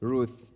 Ruth